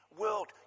world